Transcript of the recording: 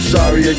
Sorry